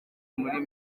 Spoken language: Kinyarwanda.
muri